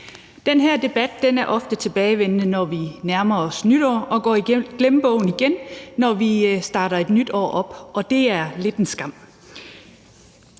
Den her debat er ofte tilbagevendende, når vi nærmer os nytår, og går i glemmebogen igen, når vi starter et nyt år op. Og det er lidt en skam.